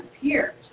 appeared